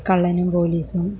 കള്ളനും പോലീസും